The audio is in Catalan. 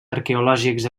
arqueològics